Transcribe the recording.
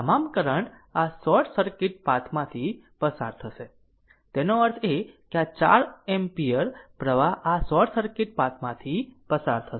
તમામ કરંટ આ short circuit પાથમાંથી પસાર થશે એનો અર્થ એ કે આ 4 એમ્પીયર પ્રવાહ આ શોર્ટ સર્કિટ પાથમાંથી પસાર થશે